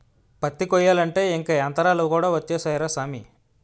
పత్తి కొయ్యాలంటే ఇంక యంతరాలు కూడా ఒచ్చేసాయ్ రా సామీ